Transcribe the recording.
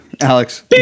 Alex